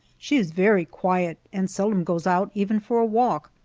she is very quiet, and seldom goes out, even for a walk.